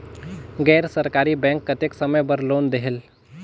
गैर सरकारी बैंक कतेक समय बर लोन देहेल?